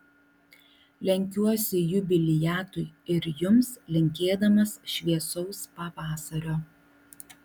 lenkiuosi jubiliatui ir jums linkėdamas šviesaus pavasario